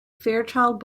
fairchild